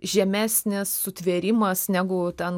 žemesnis sutvėrimas negu ten